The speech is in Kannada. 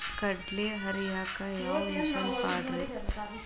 ಕಡ್ಲಿ ಹರಿಯಾಕ ಯಾವ ಮಿಷನ್ ಪಾಡ್ರೇ?